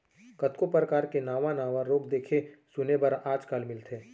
कतको परकार के नावा नावा रोग देखे सुने बर आज काल मिलथे